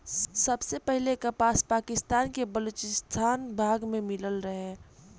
सबसे पहिले कपास पाकिस्तान के बलूचिस्तान भाग में मिलल रहे